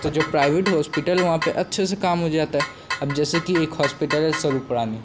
तो जो private hospital वहाँ पर अच्छे से काम हो जाता है अब जैसे कि एक होस्पिटल है स्वरूपरानी